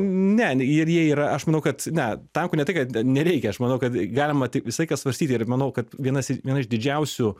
ne ir jie yra aš manau kad ne tankų ne tai kad nereikia aš manau kad galima tik visą laiką svarstyti ir manau kad vienas viena iš didžiausių